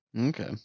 okay